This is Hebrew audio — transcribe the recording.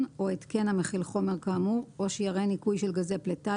או התקן המכיל חומר כאמור או שיירי ניקוי של גזי פליטה,